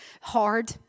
hard